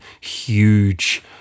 huge